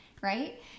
right